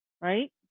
right